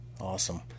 awesome